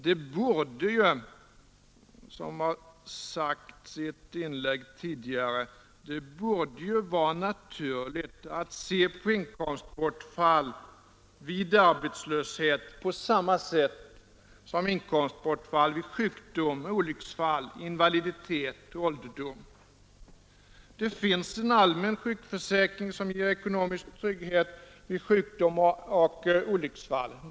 Det borde ju, som har sagts i ett inlägg tidigare, vara naturligt att se på inkomstbortfall vid arbetslöshet på samma sätt som på inkomstbortfall vid sjukdom, olycksfall, invaliditet och ålderdom. Det finns en allmän sjukförsäkring som ger ekonomisk trygghet vid sjukdom och olycksfall.